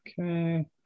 Okay